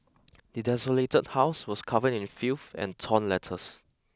the desolated house was covered in filth and torn letters